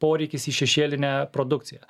poreikis į šešėlinę produkciją